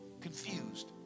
confused